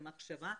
מחשבה,